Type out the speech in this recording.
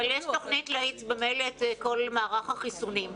אבל יש תוכנית להאיץ ממילא את כל מערך החיסונים.